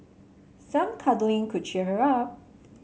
some cuddling could cheer her up